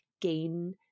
gain